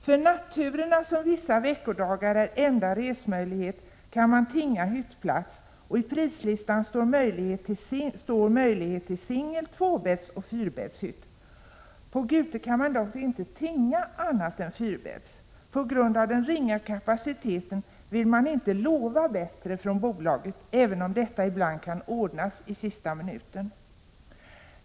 För natturerna, som vissa veckodagar utgör enda resmöjlighet, kan man tinga hyttplats, och enligt prislistan finns möjlighet till singel-, tvåbäddsoch fyrbäddshytt. På Gute kan man dock inte tinga annat än fyrbäddshytt. På grund av den ringa kapaciteten vill man från bolaget inte lova bättre, även om detta ibland kan ordnas i sista minuten.